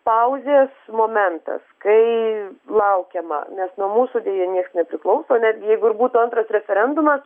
pauzės momentas kai laukiama nes nuo mūsų deja nieks nepriklauso netgi jeigu ir būtų antras referendumas